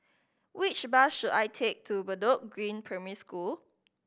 which bus should I take to Bedok Green Primary School